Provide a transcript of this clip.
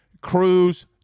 Cruz